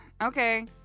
Okay